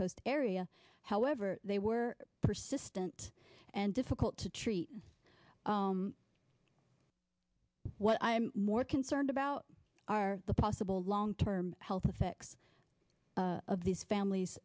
coast area however they were persistent and difficult to treat what i am more concerned about are the possible long term health effects of these families